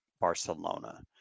Barcelona